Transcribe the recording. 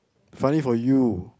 finding for you